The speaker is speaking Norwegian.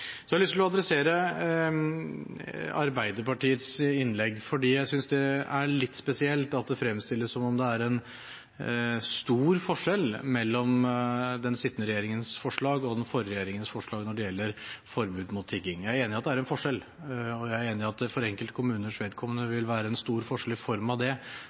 Så har jeg lyst til å nevne innlegget til Arbeiderpartiets taler fordi jeg synes det er litt spesielt at det fremstilles som om det er en stor forskjell mellom den sittende regjeringens forslag og den forrige regjeringens forslag når det gjelder forbud mot tigging. Jeg er enig i at det er en forskjell, og jeg er enig i at det for enkelte kommuners vedkommende vil være en stor forskjell i form av at det